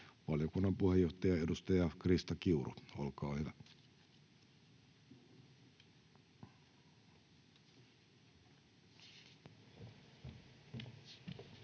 Valiokunnan puheenjohtaja, edustaja Krista Kiuru, olkaa hyvä.